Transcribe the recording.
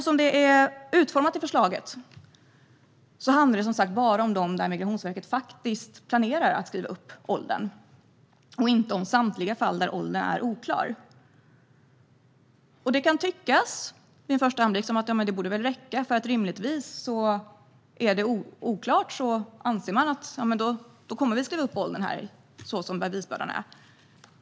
Som detta är utformat i förslaget handlar det dock, som sagt, bara om de personer vars ålder Migrationsverket planerar att skriva upp - inte om samtliga fall där åldern är oklar. Det kan vid en första anblick tyckas räcka, för om det är oklart kommer man rimligtvis att skriva upp åldern så som bevisbördan är.